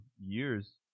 years